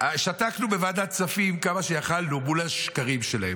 שתקנו בוועדת כספים כמה שיכולנו מול השקרים שלהם,